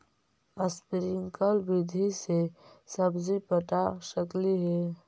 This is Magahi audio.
स्प्रिंकल विधि से सब्जी पटा सकली हे?